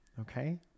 Okay